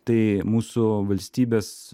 tai mūsų valstybės